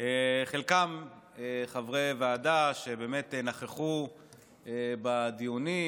חלקם חברי ועדה שבאמת נכחו בדיונים,